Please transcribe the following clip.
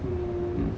hmm